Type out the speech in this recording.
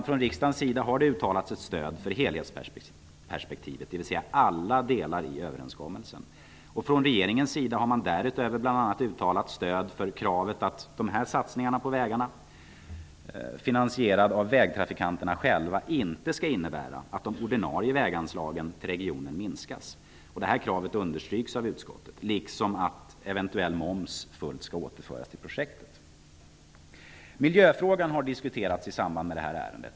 Från riksdagens sida har det uttalats ett stöd för helhetsperspektivet, dvs. för alla delar i överenskommelsen. Från regeringens sida har man därutöver bl.a. uttalat stöd för kravet att dessa satsningar på vägarna, finansierade av vägtrafikanterna själva, inte skall innebära att de ordinarie väganslagen till regionen minskas. Detta krav understryks av utskottet, liksom att eventuell moms skall återföras till projektet. Miljöfrågan har diskuterats i samband med detta ärende.